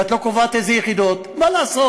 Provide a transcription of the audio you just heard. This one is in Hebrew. ואת לא קובעת איזה יחידות, מה לעשות,